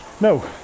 no